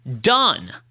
Done